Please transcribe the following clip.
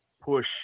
push